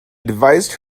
advised